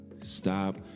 Stop